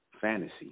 fantasy